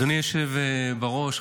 אדוני היושב בראש,